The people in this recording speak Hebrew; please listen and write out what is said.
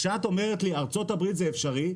כשאת אומרת לי ארצות הברית זה אפשרי,